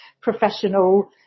professional